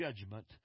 judgment